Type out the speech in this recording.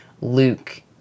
Luke